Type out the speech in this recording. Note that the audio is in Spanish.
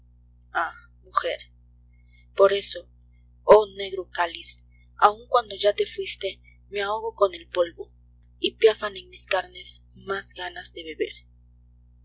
mujer por eso oh negro cáliz aun cuando ya te fuiste me ahogo con el polvo y piafan en mis carnes mas ganas de beber